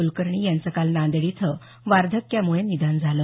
कुलकर्णी यांचं काल नांदेड इथं वार्धक्यामुळे निधन झालं